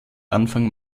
anfang